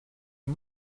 you